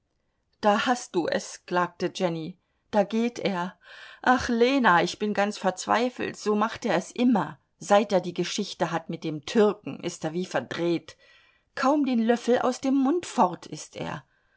da hast du es klagte jenny da geht er ach lena ich bin ganz verzweifelt so macht er es immer seit er die geschichte hat mit dem türken ist er wie verdreht kaum den löffel aus dem mund fort ist er